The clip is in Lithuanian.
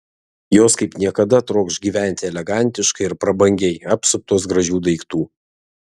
jos kaip niekada trokš gyventi elegantiškai ir prabangiai apsuptos gražių daiktų